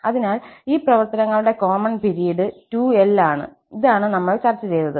അതിനാൽ ഈ പ്രവർത്തനങ്ങളുടെ കോമൺ പിരീഡ് 2l ആണ് അതാണ് നമ്മൾ ചർച്ച ചെയ്തത്